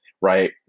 right